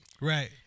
Right